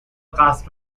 cast